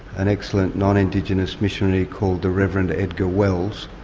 an excellent non-indigenous missionary called the reverend edgar wells,